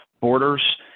borders